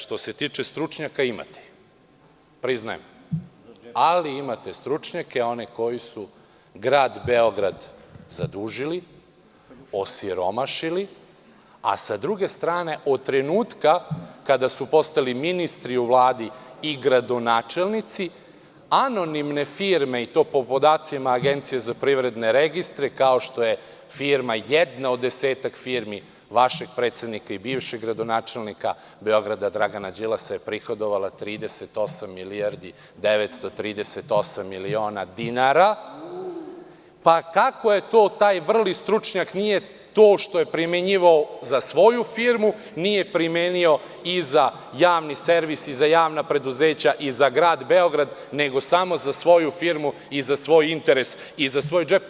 Što se tiče stručnjaka, imate ih, priznajem, ali imate stručnjake one koji su Grad Beograd zadužili, osiromašili, a sa druge strane, od trenutka kada su postali ministri u Vladi i gradonačelnici, anonimne firme i to po podacima Agencije za privredne registre, kao što je jedna od desetak firmi vašeg predsednika i bivšeg gradonačelnika Beograda, Dragana Đilasa je prihodovala 38 milijardi 938 miliona dinara, pa kako taj vrli stručnjak nije to što je primenjivao za svoju firmu nije primenio i za Javni servis i za javna preduzeća i za Grad Beograd, nego samo za svoju firmu i za svoj interes i za svoj džep?